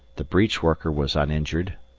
the breech worker was uninjured,